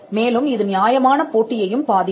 மேலும் இது நியாயமான போட்டியையும் பாதிக்கும்